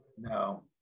No